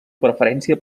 preferència